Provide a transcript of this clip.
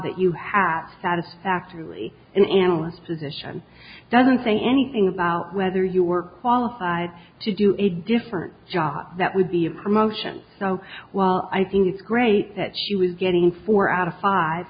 that you have satisfactorily in analysts position doesn't say anything about whether you were qualified to do a different job that would be a promotion so well i think it's great that she was getting four out of five